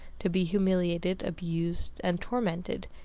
to be humiliated, abused, and tormented,